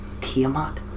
Tiamat